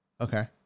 Okay